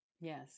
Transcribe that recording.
Yes